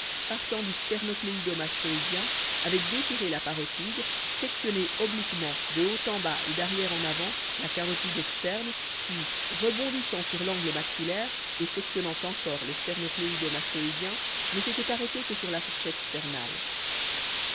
partant du sterno cleido mastoïdien avait déchiré la parotide sectionné obliquement de haut en bas et d'arrière en avant la carotide externe puis rebondissant sur l'angle maxillaire et sectionnant encore le sterno cleido mastoïdien ne s'était arrêté que sur la fourchette